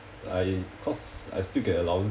I cause I still get allowance